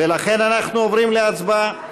לכן, אנחנו עוברים להצבעה: